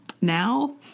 now